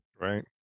right